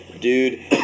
dude